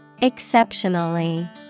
Exceptionally